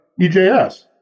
EJS